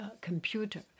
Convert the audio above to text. computer